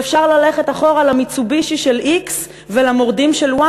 ואפשר ללכת אחורה למיצובישי של x ולמורדים של y